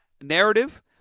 narrative